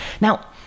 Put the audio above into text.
Now